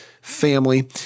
family